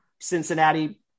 Cincinnati